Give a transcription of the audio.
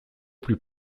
plus